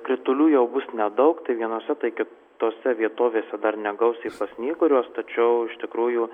kritulių jau bus nedaug tai vienose tai kitose vietovėse dar negausiai pasnyguriuos tačiau iš tikrųjų